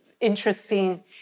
interesting